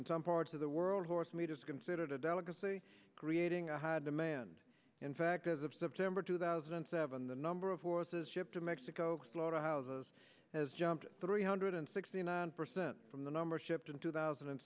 in some parts of the world horsemeat is considered a delicacy creating a high demand in fact as of september two thousand and seven the number of horses shipped to mexico slaughterhouses has jumped three hundred sixty nine percent from the number shipped in two thousand and